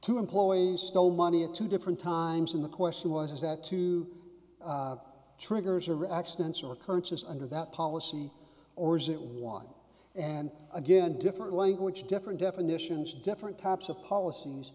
two employees stole money at two different times and the question was is that two triggers or accidents or occurrences under that policy or is it one and again different language different definitions different types of policies